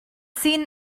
seen